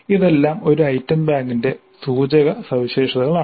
ഇതെല്ലാം ഒരു ഐറ്റം ബാങ്കിന്റെ സൂചക സവിശേഷതകളാണ്